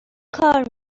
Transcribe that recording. کار